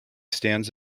stands